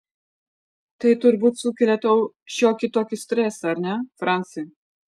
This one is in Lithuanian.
tai turbūt sukelia tau šiokį tokį stresą ar ne franci